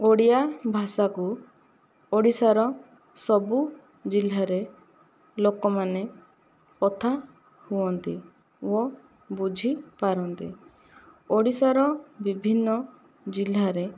ଓଡ଼ିଆ ଭାଷାକୁ ଓଡ଼ିଶାର ସବୁ ଜିଲ୍ଲାରେ ଲୋକ ମାନେ କଥା ହୁଅନ୍ତି ଓ ବୁଝିପାରନ୍ତି ଓଡ଼ିଶା ର ବିଭିନ୍ନ ଜିଲ୍ଲାରେ